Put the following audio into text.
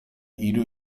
hiru